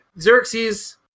Xerxes